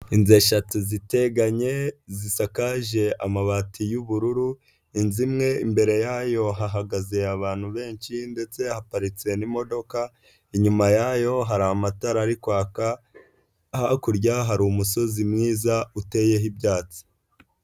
Inzu eshatu ziteganye zisakaje amabati y'ubururu, inzu imwe imbere yayo hahagaze abantu benshi ndetse haparitse n'imodoka, inyuma yayo hari amatara ari kwaka, hakurya hari umusozi mwiza uteyeho ibyatsi.